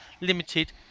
limited